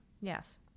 yes